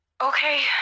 Okay